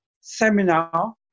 seminar